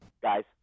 guys